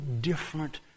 different